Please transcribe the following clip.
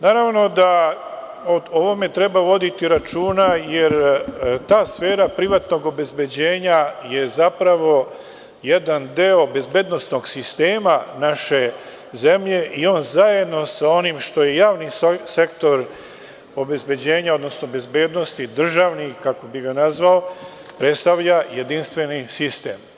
Naravno da o ovome treba voditi računa, jer ta sfera privatnog obezbeđenja je zapravo jedan deo bezbednosnog sistema naše zemlje i on zajedno sa onim što je javni sektor obezbeđenja, odnosno bezbednosti, državni, kako bi ga nazvao, predstavlja jedinstveni sistem.